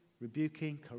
rebuking